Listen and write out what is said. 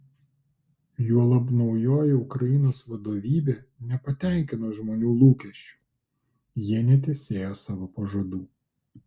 juolab naujoji ukrainos vadovybė nepatenkino žmonių lūkesčių jie netesėjo savo pažadų